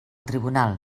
tribunal